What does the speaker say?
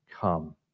come